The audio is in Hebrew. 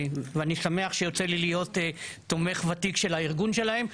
ואני שמח שיוצא לי להיות תומך ותיק של הארגון שלהם,